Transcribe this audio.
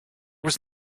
was